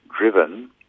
driven